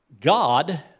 God